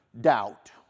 doubt